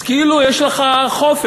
אז כאילו יש לך חופש,